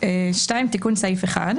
בעד הנגד ונגד הבעד.